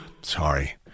Sorry